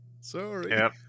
Sorry